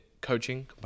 coaching